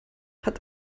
hat